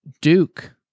Duke